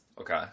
Okay